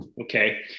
okay